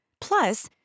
Plus